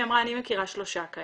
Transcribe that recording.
אז היא אמרה שהיא מכירה 3 כאלה.